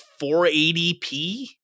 480p